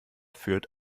führt